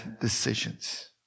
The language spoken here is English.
decisions